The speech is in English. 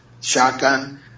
shotgun